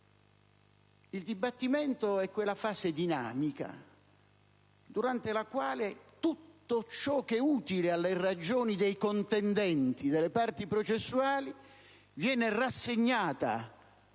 Il dibattimento è quella fase dinamica, durante la quale tutto ciò che è utile alle ragioni dei contendenti, delle parti processuali, viene rassegnato